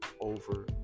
over